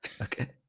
Okay